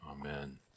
Amen